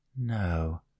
No